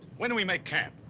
when do we make camp?